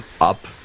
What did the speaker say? up